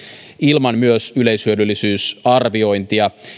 ilman yleishyödyllisyysarviointia